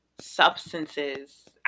substances